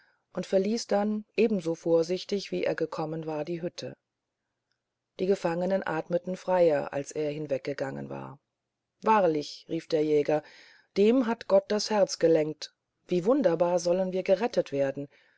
und verließ dann ebenso vorsichtig wie er gekommen war die hütte die gefangenen atmeten freier als er hinweggegangen war wahrlich rief der jäger dem hat gott das herz gelenkt wie wunderbar sollen wir errettet werden